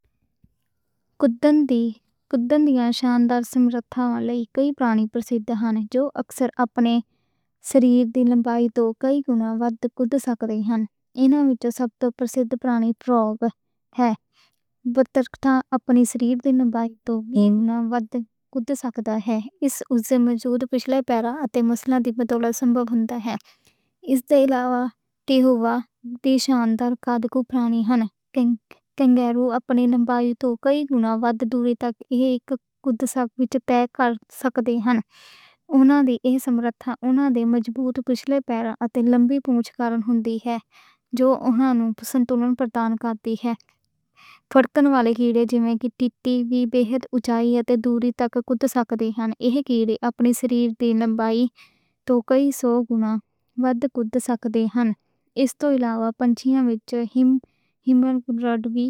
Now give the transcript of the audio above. کئی پرانی اپنی شاندار سمرتھا لئی پرسِدھ ہَن۔ جو اکثر اپنے شریر دی لمبائی توں کئی واری ودھ کُد سکدے ہَن۔ ایناں وچ جو سب توں پرسِدھ پرانی فروگ ہے۔ پسّو تاں اپنے شریر دی لمبائی توں وی ودھ کُد سکدا ہے۔ ایہ اُس دے مضبوط پچھلے پیراں تے مسلز دی وجہ نال سمبھَو ہُندا ہے۔ اس دے تحت بہت شاندار پرانی ہَن۔ کَنگارو اپنی لمبائی توں کئی واری تک کُد سکدے ہَن۔ انہاں دی سمرتھا انہاں دی مضبوط پچھلے پیر اتے لمبی پُچھ کرکے ہُندی ہے۔ جو انہاں نوں سنتُلن پردان کردی ہے۔ فُدک والے کیڑے جیویں ٹِڈی وی بہت اُچیاں تے دُوری تک کُد سکدے ہَن۔ ایہ کیڑے اپنے شریر دی لمبائی توں کئی سو واری ودھ کُد سکدے ہَن۔ اس توں علاوہ پنچھی ہن وچ وی وڈ کُد ہَن۔